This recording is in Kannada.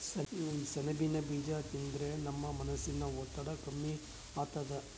ಸೆಣಬಿನ್ ಬೀಜಾ ತಿಂದ್ರ ನಮ್ ಮನಸಿನ್ ಒತ್ತಡ್ ಕಮ್ಮಿ ಆತದ್